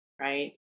right